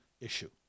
issue